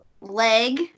Leg